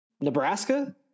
nebraska